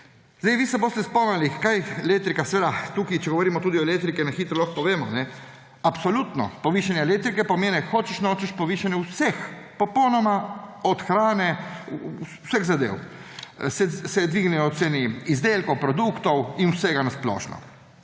Vi se boste spomnili, kaj elektrika … Seveda, če govorimo tudi o elektriki, na hitro lahko povemo. Absolutno povišanje elektrike pomeni, hočeš nočeš, povišanje popolnoma vsega: od hrane, vseh zadev, se dvignejo cene izdelkov, produktov in vsega na splošno.